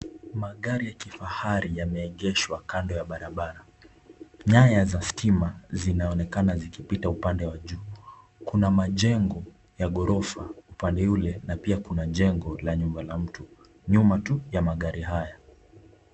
Magari ya kifahari yameegeshwa kando ya barabara. Nyaya za stima zinaonekana zikipita upande wa juu. Kuna majengo ya ghorofa upande ule na pia kuna jengo la nyumba la mtu nyuma tu ya magari haya.